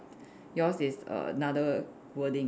yours is another wording